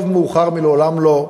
טוב מאוחר מלעולם לא.